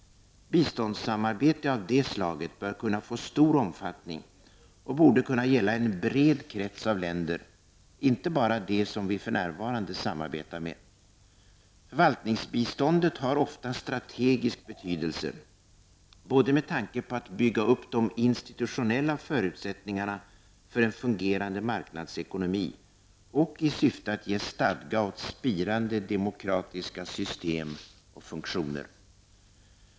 Biståndssamarbete av det slaget bör kunna få stor omfattning och borde kunna gälla en bred krets av länder, inte bara de som vi för närvarande samarbetar med. Förvaltningsbiståndet har ofta strategisk betydelse, både med tanke på att bygga upp de institutionella förutsättningarna för en fungerande marknadsekonomi och i syfte att ge stadga åt spirande demokratiska system och funktioner.